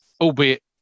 albeit